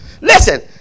Listen